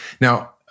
now